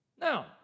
Now